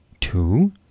Two